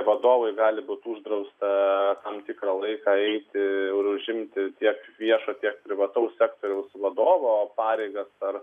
vadovui gali būti uždrausta tam tikrą laiką eiti ir užimti tiek viešo tiek privataus sektoriaus vadovo pareigas ar